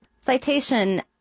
Citation